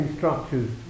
structures